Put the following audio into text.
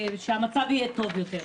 כשהמצב יהיה טוב יותר.